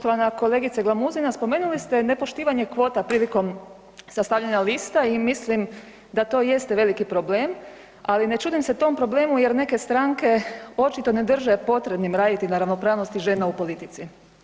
Poštovana kolegice Glamuzina spomenuli ste nepoštivanje kvota prilikom sastavljanja lista i mislim da to jeste veliki problem, ali ne čudim se tom problemu jer neke stranke očito ne drže potrebnim raditi na ravnopravnosti žena u politici.